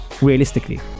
realistically